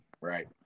Right